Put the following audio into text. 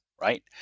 right